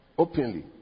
Openly